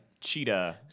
Cheetah